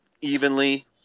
evenly